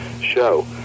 show